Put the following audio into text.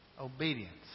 obedience